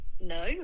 No